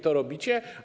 To robicie.